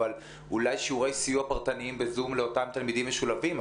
אולי שיעורי סיוע פרטניים בזום לאותם תלמידים משולבים,